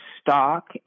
stock